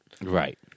Right